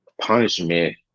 punishment